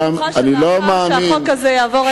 אחרי שהחוק הזה יעבור,